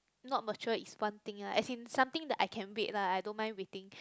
not mature is one thing lah as in something that I can wait lah I don't mind waiting